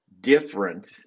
different